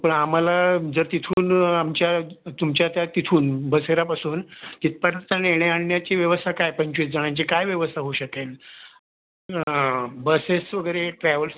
पण आम्हाला जर तिथून आमच्या तुमच्या त्या तिथून बसेरापासून तिथपर्यंत नेण्या आणण्याची व्यवस्था काय पंचवीसजणांची काय व्यवस्था होऊ शकेल बसेस वगैरे ट्रॅवल्स